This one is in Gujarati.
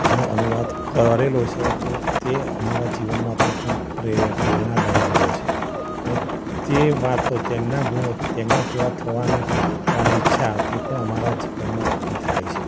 એનું અનુવાદ કરેલો છે તો તે અમારા જીવનમાં પણ ખૂબ પ્રે પ્રેરણાદાયી રહ્યો છે અને તે વાતો તેમના ગુણો તેમના જેવા થવાના થવાની ઈચ્છા હતી પણ અમારા જીવનમાં ઉભી થાય છે